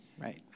Right